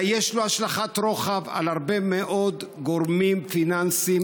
אלא יש לו השלכת רוחב על הרבה מאוד גורמים פיננסיים,